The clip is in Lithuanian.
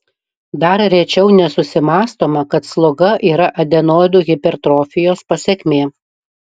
dar rečiau nesusimąstoma kad sloga yra adenoidų hipertrofijos pasekmė